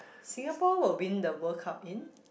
Singapore will win the World-Cup in